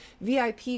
VIP